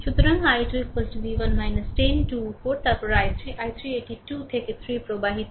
সুতরাং i2 v1 10 2 উপর তারপর i3 i3 এটি 2 থেকে 3 প্রবাহিত হয়